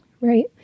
Right